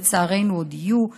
ולצערנו עוד יהיו,